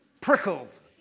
Prickles